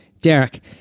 Derek